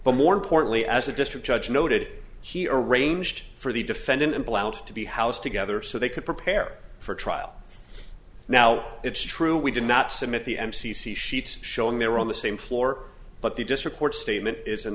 but more importantly as a district judge noted he arranged for the defendant and blount to be housed together so they could prepare for trial now it's true we did not submit the m c c sheets showing they're on the same floor but the just report statement is